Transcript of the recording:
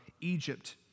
Egypt